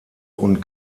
und